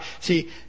See